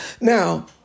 Now